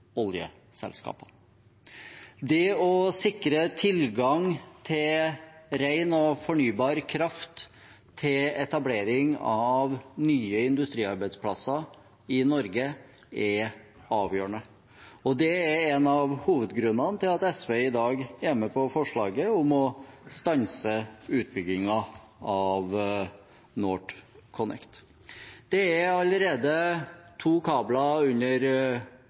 Det å sikre tilgang til ren og fornybar kraft til etablering av nye industriarbeidsplasser i Norge er avgjørende, og det er en av hovedgrunnene til at SV i dag er med på forslaget om å stanse utbyggingen av NorthConnect. Det er allerede to kabler under